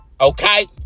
okay